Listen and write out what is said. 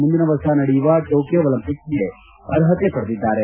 ಮುಂದಿನ ವರ್ಷ ನಡೆಯುವ ಟೋಕಿಯೋ ಒಲಿಂಪಿಕ್ಸೆಗೆ ಅರ್ಹತೆ ಪಡೆದಿದ್ದಾರೆ